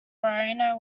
rhino